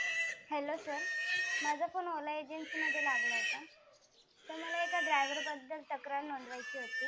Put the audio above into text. hello sir माझा phone Ola एजन्सीमध्ये लागला आहे का सर मला एका ड्रायवरबद्दल तक्रार नोंदवायची होती